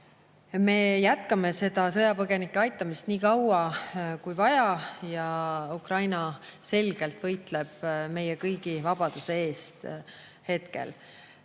Me jätkame sõjapõgenike aitamist nii kaua kui vaja. Ukraina selgelt võitleb meie kõigi vabaduse eest hetkel.